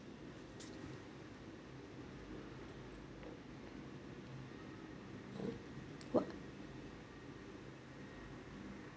mm what